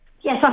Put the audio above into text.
Yes